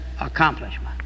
accomplishment